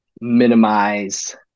minimize